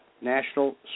national